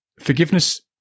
forgiveness